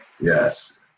yes